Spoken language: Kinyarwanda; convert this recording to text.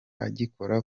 agikora